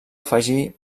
afegir